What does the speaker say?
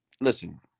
listen